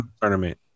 tournament